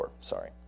sorry